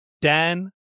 Dan